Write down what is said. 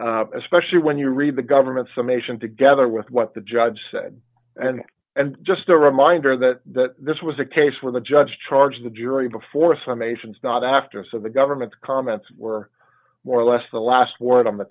dollars especially when you read the government's summation together with what the judge said and and just a reminder that this was a case where the judge charged the jury before summations not after so the government's comments were more or less the last word on the